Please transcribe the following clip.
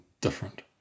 different